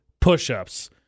push-ups